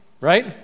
right